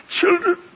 Children